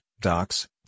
docs